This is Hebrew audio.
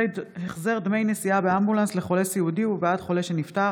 (החזר דמי נסיעה באמבולנס לחולה סיעודי ובעד חולה שנפטר),